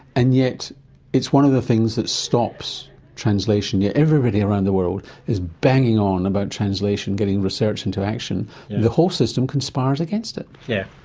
and yet it's one of the things that stops translation, yet everybody around the world is banging on about translation, getting research into action, but the whole system conspires against it. yes,